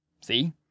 See